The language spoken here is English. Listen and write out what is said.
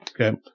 okay